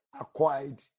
acquired